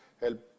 help